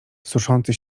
suszący